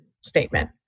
statement